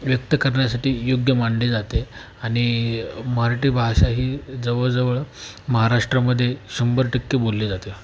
व्यक्त करण्यासाठी योग्य मानली जाते आणि मराठी भाषा ही जवळजवळ महाराष्ट्रामध्ये शंभर टक्के बोलली जाते